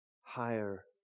higher